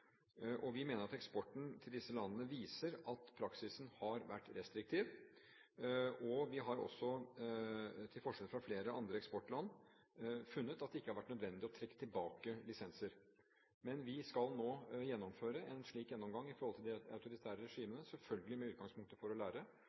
Vi mener at eksporten til disse landene viser at praksisen har vært restriktiv. Vi har også, til forskjell fra flere andre eksportland, funnet at det ikke har vært nødvendig å trekke tilbake lisenser. Men vi skal nå gjennomføre en slik gjennomgang når det gjelder de autoritære regimene, selvfølgelig med det utgangspunkt å lære,